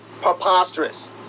preposterous